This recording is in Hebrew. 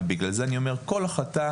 ובגלל זה אני אומר, כל החלטה